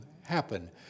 happen